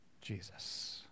Jesus